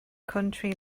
country